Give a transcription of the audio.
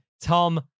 Tom